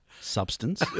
substance